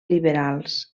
liberals